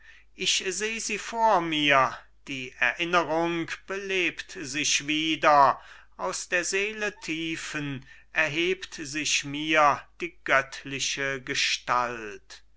ich seh sie vor mir die erinnerung belebt sich wieder aus der seele tiefen erhebt sich mir die göttliche gestalt